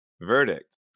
Verdict